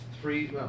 three